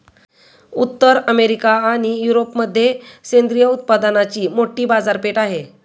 उत्तर अमेरिका आणि युरोपमध्ये सेंद्रिय उत्पादनांची मोठी बाजारपेठ आहे